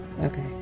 okay